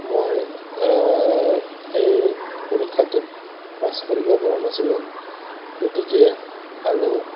মই সেই পৰীক্ষাটোত পাছ কৰিব পৰা নাছিলোঁ গতিকে আৰু